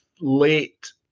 late